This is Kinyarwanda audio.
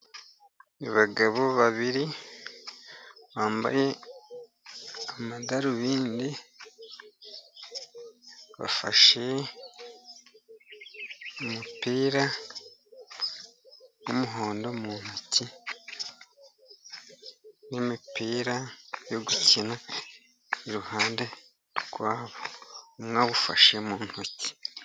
Abagabo babiri bambaye amadarubindi, bafashe umupira w'umuhondo mu ntoki, n'imipira yo gukina, iruhande rwabo . Umwe awufashe mu ntoki.